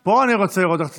פה אני רוצה לראות איך תצביע.